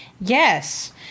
Yes